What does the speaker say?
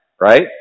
right